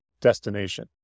destination